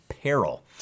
Peril